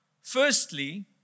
Firstly